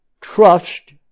trust